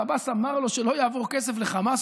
ועבאס אמר לו שלא יעבור כסף לחמאס,